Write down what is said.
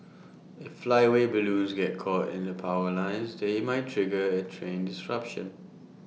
if flyaway balloons get caught in the power lines they might trigger A train disruption